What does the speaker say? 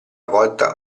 volta